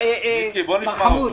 מר חמוד,